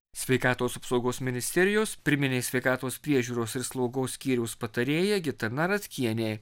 sveikatos apsaugos ministerijos pirminės sveikatos priežiūros ir slaugos skyriaus patarėja gitana ratkienė